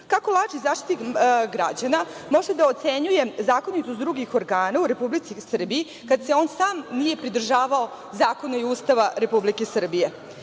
Kako lažni Zaštitnik građana može da ocenjuje zakonitost drugih organa u Republici Srbiji, kad se on sam nije pridržavao zakona i Ustava Republike Srbije?